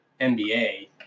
NBA